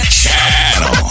channel